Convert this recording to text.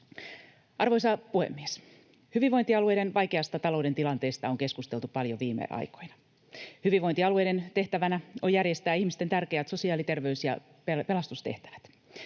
Arvoisa puhemies! Hyvinvointialueiden vaikeasta talouden tilanteesta on keskusteltu paljon viime aikoina. Hyvinvointialueiden tehtävänä on järjestää ihmisten tärkeät sosiaali-, terveys- ja pelastustehtävät.